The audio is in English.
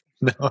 no